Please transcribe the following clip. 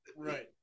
Right